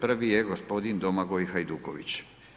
Prvi je gospodin Domagoj Hajduković.